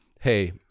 hey